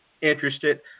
interested